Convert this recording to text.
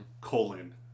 colon